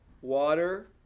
Water